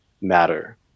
matter